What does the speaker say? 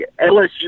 LSU